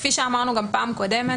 כפי שאמרנו גם בפעם הקודמת,